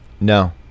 No